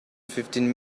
fifteen